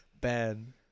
Ben